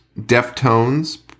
Deftones